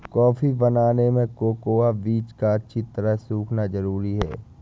coffee बनाने में cocoa बीज का अच्छी तरह सुखना जरूरी है